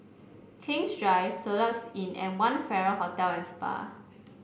King's Drive Soluxe Inn and One Farrer Hotel and Spa